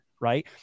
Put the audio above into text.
Right